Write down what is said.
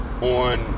on